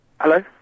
Hello